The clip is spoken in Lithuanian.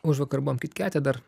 užvakar buvo kit kete dar